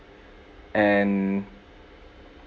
and